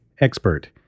expert